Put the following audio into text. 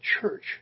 church